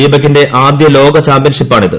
ദീപകിന്റെ ആദ്യലോക ചാമ്പ്യൻഷിപ്പാണിത്